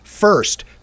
First